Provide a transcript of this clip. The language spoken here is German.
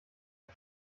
der